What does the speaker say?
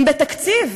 אם בתקציב,